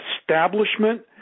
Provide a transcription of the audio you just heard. establishment